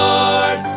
Lord